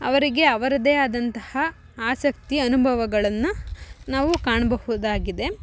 ಅವರಿಗೆ ಅವರದ್ದೆ ಆದಂತಹ ಆಸಕ್ತಿ ಅನುಭವಗಳನ್ನ ನಾವು ಕಾಣಬಹುದಾಗಿದೆ